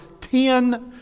ten